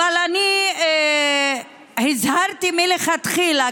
אבל אני הזהרתי מלכתחילה,